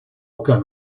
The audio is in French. aucun